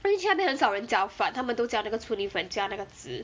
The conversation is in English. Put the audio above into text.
因为去那边很少人叫饭他们都叫那个粗米粉加那个汁